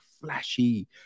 flashy